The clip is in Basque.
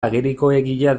agerikoegia